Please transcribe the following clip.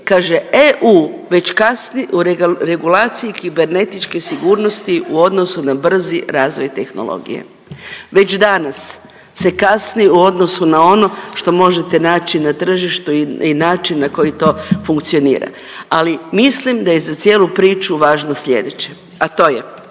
kaže, EU već kasni u regulaciji kibernetičke sigurnosti u odnosu na brzi razvoj tehnologije. Već danas se kasni u odnosu na ono što možete naći na tržištu i način na koji to funkcionira. Ali mislim da je za cijelu priču važno slijedeće. A to je